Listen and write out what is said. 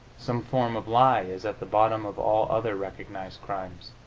some form of lie is at the bottom of all other recognized crimes,